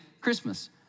Christmas